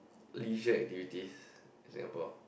leisure activities in Singapore